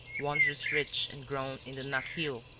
wondrous rich and grown in the nakhil,